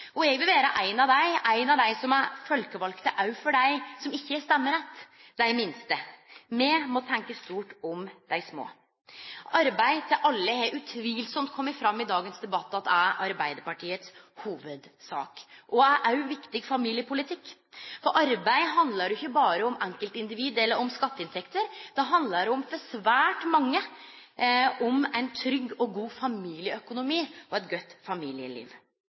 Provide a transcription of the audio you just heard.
ungane. Eg vil vere ein av dei som er folkevald også for dei som ikkje har stemmerett – dei minste. Me må tenkje stort om dei små. Det har utvilsamt kome fram i dagens debatt at arbeid til alle er Arbeidarpartiets hovudsak. Det er òg viktig familiepolitikk. For arbeid handlar ikkje berre om enkeltindivid eller om skatteinntekter, det handlar for svært mange om ein trygg og god familieøkonomi og eit godt familieliv.